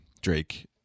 Drake